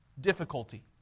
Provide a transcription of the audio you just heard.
difficulty